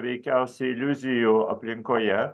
veikiausiai iliuzijų aplinkoje